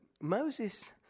moses